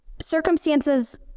circumstances